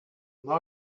now